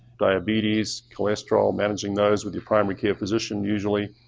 diabetes, cholesterol, managing those with your primary care physician usually,